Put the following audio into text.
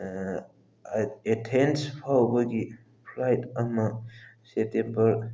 Athens ꯐꯥꯎꯕꯒꯤ flight ꯑꯃ ꯁꯦꯇꯦꯝꯕꯔ